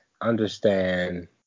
understand